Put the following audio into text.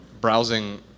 browsing